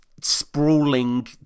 sprawling